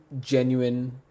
genuine